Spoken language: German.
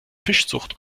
fischzucht